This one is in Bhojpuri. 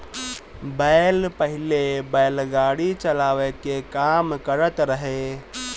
बैल पहिले बैलगाड़ी चलावे के काम करत रहे